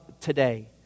today